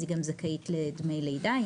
אז היא גם זכאית לדמי לידה.